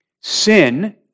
Sin